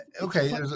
Okay